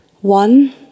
One